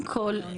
תודה.